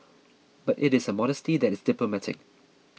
but it is a modesty that is diplomatic